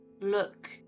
look